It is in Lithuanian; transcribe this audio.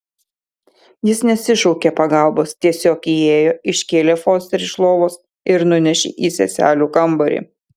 jis nesišaukė pagalbos tiesiog įėjo iškėlė fosterį iš lovos ir nunešė į seselių kambarį